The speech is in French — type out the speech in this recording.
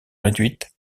réduites